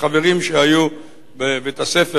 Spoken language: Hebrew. לחברים שהיו בבית-הספר,